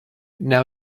now